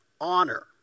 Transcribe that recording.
honor